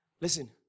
Listen